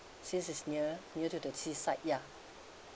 since it's near near to the sea side ya